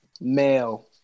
male